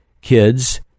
kids